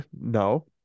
no